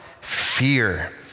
fear